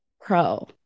pro